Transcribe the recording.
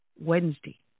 Wednesday